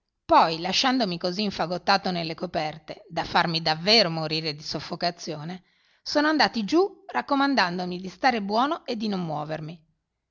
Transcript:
poi lasciandomi così infagottato nelle coperte da farmi davvero morire di soffocazione sono andati giù raccomandandomi di star buono e di non muovermi